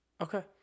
Okay